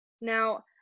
Now